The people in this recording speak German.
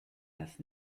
das